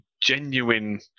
genuine